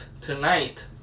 tonight